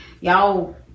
y'all